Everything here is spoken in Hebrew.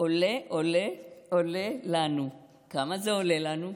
"עולה עולה עולה לנו / כמה זה עולה לנו?"